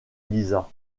lisa